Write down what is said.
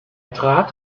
trat